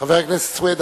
חבר הכנסת סוייד,